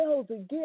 again